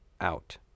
out